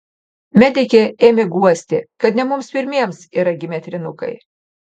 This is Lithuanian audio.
medikė ėmė guosti kad ne mums pirmiems yra gimę trynukai